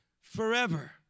forever